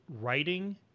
writing